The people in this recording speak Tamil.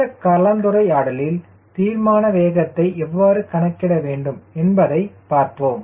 இந்த கலந்துரையாடலில் தீர்மான வேகத்தை எவ்வாறு கணக்கிட வேண்டும் என்பதை விவாதித்தோம்